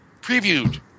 previewed